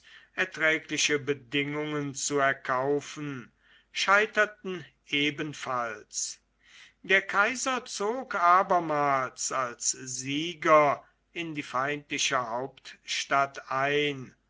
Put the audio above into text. erträgliche bedingungen zu erkaufen scheiterten ebenfalls der kaiser zog abermals als sieger in die feindliche hauptstadt ein